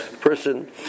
Person